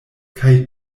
kaj